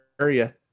area